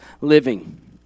living